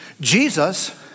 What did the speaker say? Jesus